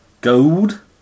gold